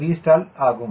1 Vstall ஆகும்